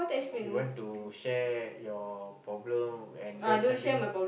you want to share your problem and then suddenly